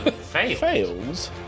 fails